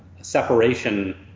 separation